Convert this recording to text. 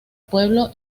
pueblo